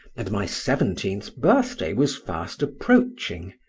and my seventeenth birthday was fast approaching,